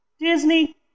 Disney